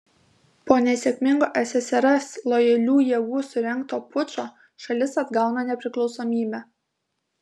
po nesėkmingo ssrs lojalių jėgų surengto pučo šalis atgauna nepriklausomybę